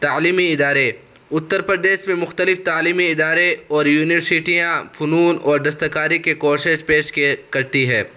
تعلیمی ادارے اتّر پردیش میں مختلف تعلیمی ادارے اور یونیورسٹیاں فنون اور دستکاری کے کورسز پیش کئے کرتی ہے